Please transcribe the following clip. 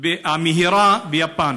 המהירה ביפן.